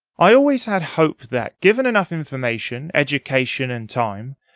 i always had hope that, given enough information, education, and time,